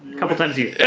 couple times yeah